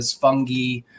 fungi